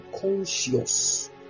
conscious